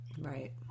Right